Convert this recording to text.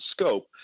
scope